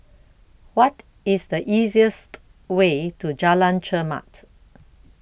What IS The easiest Way to Jalan Chermat